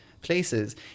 places